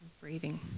Breathing